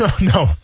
No